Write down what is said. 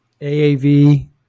AAV